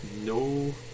no